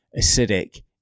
acidic